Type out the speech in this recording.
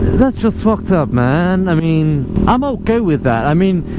that's just fucked up man i mean i'm okay with that i mean